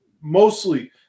Mostly